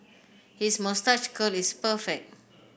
his moustache curl is perfect